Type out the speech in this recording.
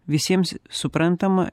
visiems suprantama